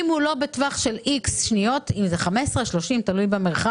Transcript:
אם הוא לא בטווח 15 או 30 שניות, תלוי במיקום